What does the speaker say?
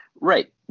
Right